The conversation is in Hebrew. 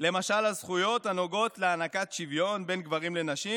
למשל על זכויות הנוגעות להענקת שוויון בין גברים לנשים,